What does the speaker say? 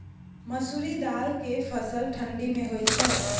मसुरि दाल के फसल ठंडी मे होय छै?